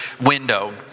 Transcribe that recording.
window